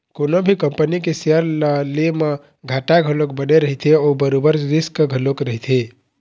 कोनो भी कंपनी के सेयर ल ले म घाटा घलोक बने रहिथे अउ बरोबर रिस्क घलोक रहिथे